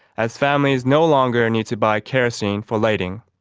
as families no longer need to buy kerosene for lighting.